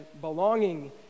belonging